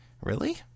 Really